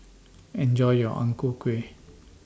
Enjoy your Ang Ku Kueh